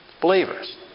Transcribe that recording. Believers